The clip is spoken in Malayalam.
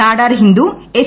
നാടാർ ഹിന്ദു എസ്